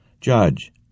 Judge